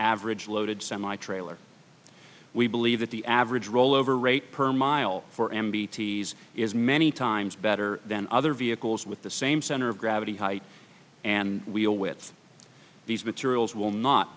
average loaded semi trailer we believe that the average rollover rate per mile for m b t's is many times better than other vehicles with the same center of gravity height and wheel with these materials will not